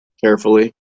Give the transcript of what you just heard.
Carefully